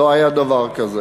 לא היה דבר כזה.